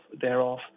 thereof